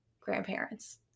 grandparents